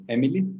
Emily